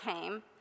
came